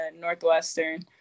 Northwestern